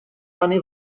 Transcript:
money